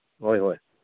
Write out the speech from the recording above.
ꯍꯣꯏ ꯍꯣꯏ